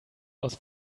aus